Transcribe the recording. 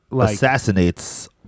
assassinates